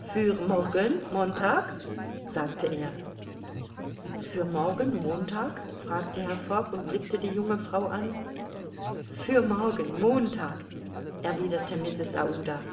für morgen montag sagte er für morgen montag fragte herr fogg und blickte die junge frau an für morgen montag erwiderte mrs aouda